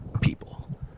people